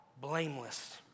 blameless